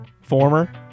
former